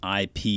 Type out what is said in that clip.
IP